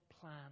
plan